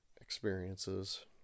experiences